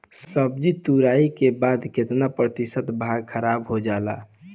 सब्जी तुराई के बाद केतना प्रतिशत भाग खराब हो जाला?